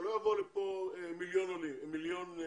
שלא יבואו לפה מיליון תיירים.